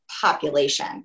population